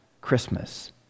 Christmas